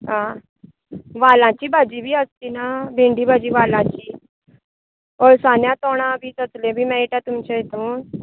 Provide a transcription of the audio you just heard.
आं वालांची भाजी बी आसची ना भेंडी भाजी वालांची अळसाण्या तोणाक बी तसलें बी मेळटा तुमच्या हातूंत